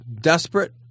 desperate